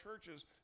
churches